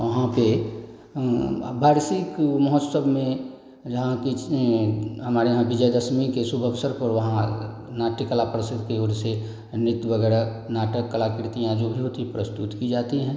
वहाँ पे अब वार्षिक मौसम में यहाँ के हमारे यहाँ विजय दसवीं के शुभ अवसर पर वहाँ नाट्य कला प्रसिद्धि की ओर से नृत्य वगैरह नाटक कलाकृतियाँ जो भी होती हैं प्रस्तुत की जाती हैं